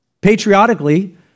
patriotically